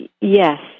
Yes